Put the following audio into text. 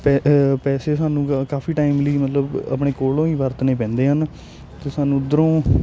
ਪੈ ਪੈਸੇ ਸਾਨੂੰ ਕਾਫੀ ਟਾਈਮ ਲਈ ਮਤਲਬ ਆਪਣੇ ਕੋਲੋਂ ਹੀ ਵਰਤਣੇ ਪੈਂਦੇ ਹਨ ਅਤੇ ਸਾਨੂੰ ਉੱਧਰੋਂ